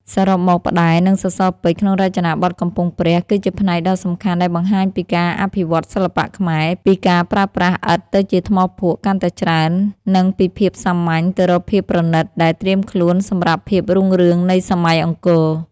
សរុបមក ផ្តែរ និងសសរពេជ្រ ក្នុងរចនាបថកំពង់ព្រះ គឺជាផ្នែកដ៏សំខាន់ដែលបង្ហាញពីការអភិវឌ្ឍន៍សិល្បៈខ្មែរ ពីការប្រើប្រាស់ឥដ្ឋទៅជាថ្មភក់កាន់តែច្រើន និងពីភាពសាមញ្ញទៅរកភាពប្រណិត ដែលត្រៀមខ្លួនសម្រាប់ភាពរុងរឿងនៃសម័យអង្គរ។